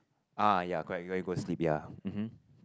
ah ya correct correct you go sleep ya um hum